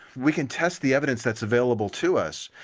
we can test the evidence that's available to us.